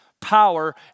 power